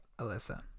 Alyssa